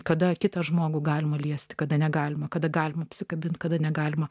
kada kitą žmogų galima liesti kada negalima kada galima apsikabinti kada negalima